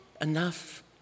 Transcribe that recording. enough